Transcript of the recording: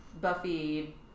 Buffy